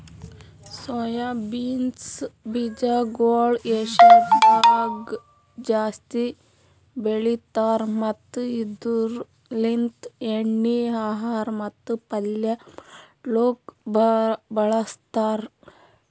soya beans ಬೀಜಗೊಳ್ ಏಷ್ಯಾದಾಗ್ ಜಾಸ್ತಿ ಬೆಳಿತಾರ್ ಮತ್ತ ಇದುರ್ ಲಿಂತ್ ಎಣ್ಣಿ, ಆಹಾರ ಮತ್ತ ಪಲ್ಯ ಮಾಡ್ಲುಕ್ ಬಳಸ್ತಾರ್